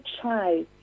try